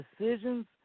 decisions